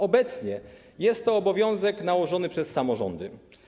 Obecnie jest to obowiązek nałożony przez samorządy.